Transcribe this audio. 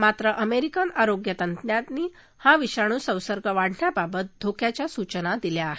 मात्र अमेरिकन आरोग्य तज्ञांनी हा विषाणू संसर्ग वाढण्याबाबत धोक्याच्या सूचना दिल्या आहेत